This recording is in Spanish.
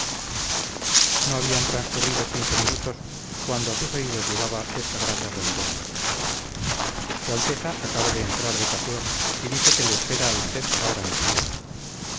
no habían transcurrido quince minutos cuando a sus oídos llegaba esta grata respuesta su alteza acaba de entrar de paseo y dice que le espera a usted ahora mismo